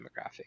demographic